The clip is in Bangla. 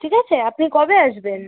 ঠিক আছে আপনি কবে আসবেন